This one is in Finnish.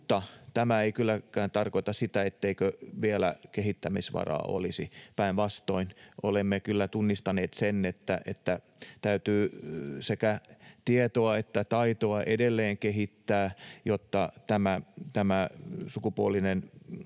tämä ei kylläkään tarkoita sitä, etteikö vielä kehittämisvaraa olisi, päinvastoin. Olemme kyllä tunnistaneet sen, että täytyy sekä tietoa että taitoa edelleen kehittää, jotta tämä sukupuolivaikutusten